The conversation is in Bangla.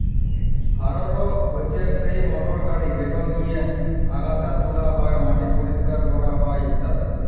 হাররো হছে সেই মটর গাড়ি যেট দিঁয়ে আগাছা তুলা হ্যয়, মাটি পরিষ্কার ক্যরা হ্যয় ইত্যাদি